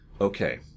okay